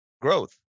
growth